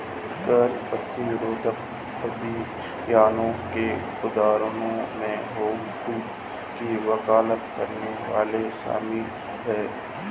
कर प्रतिरोध अभियानों के उदाहरणों में होम रूल की वकालत करने वाले शामिल हैं